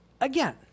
again